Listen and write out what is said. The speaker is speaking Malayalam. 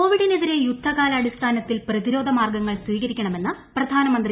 കോവിഡിനെതിരെ യുദ്ധകാലാടിസ്ഥാനത്തിൽ പ്രതിരോധ മാർഗ്ഗങ്ങൾ സ്വീകരിക്കണമെന്ന് പ്രധാനമന്ത്രി